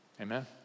Amen